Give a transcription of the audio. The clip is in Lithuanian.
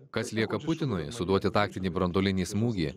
kas lieka putinui suduoti taktinį branduolinį smūgį